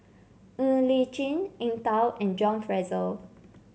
Ng Li Chin Eng Tow and John Fraser